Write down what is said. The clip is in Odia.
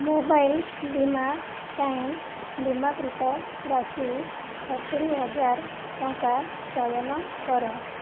ମୋବାଇଲ ବୀମା ପାଇଁ ବୀମାକୃତ ରାଶି ସତୁରି ହଜାର ଟଙ୍କା ଚୟନ କର